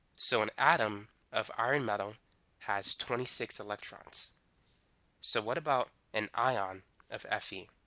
so an atom of iron metal has twenty six electrons so what about an ion of fe?